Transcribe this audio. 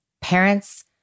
Parents